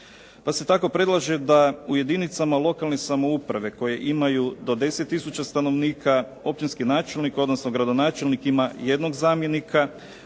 Pa se tako predlaže da u jedinicama lokalne samouprave koje imaju do 10 tisuća stanovnika, općinski načelnik odnosno gradonačelnik ima jednog zamjenika,